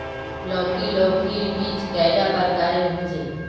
लौकी लौकीर बीज कैडा प्रकारेर होचे?